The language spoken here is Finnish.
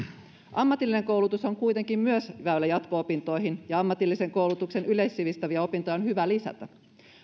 ammatillinen koulutus on kuitenkin myös väylä jatko opintoihin ja ammatillisen koulutuksen yleissivistäviä opintoja on hyvä lisätä